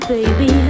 Baby